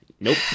Nope